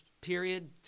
period